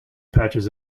patches